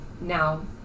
Now